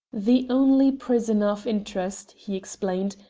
the only prisoner of interest, he explained,